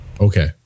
Okay